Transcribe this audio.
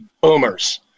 boomers